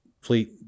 fleet